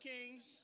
Kings